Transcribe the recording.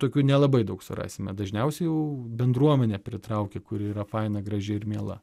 tokių nelabai daug surasime dažniausiai jau bendruomenė pritraukia kuri yra faina graži ir miela